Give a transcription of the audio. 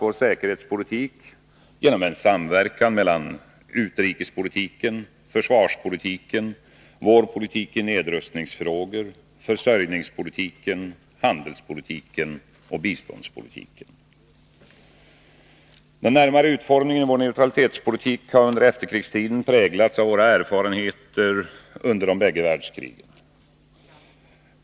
vår säkerhetspolitik genom en samverkan mellan utrikespolitiken, försvarspolitiken, vår politik i nedrustningsfrågor, försörjningspolitiken, handelspolitiken och biståndspolitiken. Den närmare utformningen av vår neutralitetspolitik har under efterkrigstiden präglats av våra erfarenheter under de bägge världskrigen.